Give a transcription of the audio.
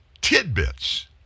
tidbits